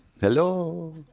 Hello